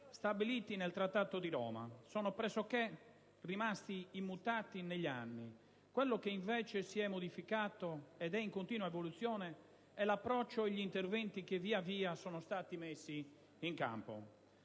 stabiliti nel Trattato di Roma, sono rimasti pressoché immutati negli anni. Quello che invece si è modificato ed è in continua evoluzione è l'approccio e gli interventi che via via sono stati messi in campo.